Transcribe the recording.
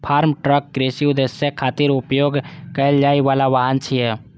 farm truck कृषि उद्देश्य खातिर उपयोग कैल जाइ बला वाहन छियै